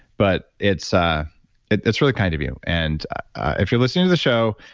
but it's ah it's really kind of you. and if you're listening to the show,